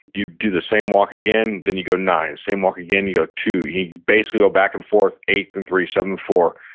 you do the same walk again, then you go nine, same walk again, you go ah two. you basically go back and forth eight then three, seven, four,